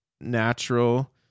natural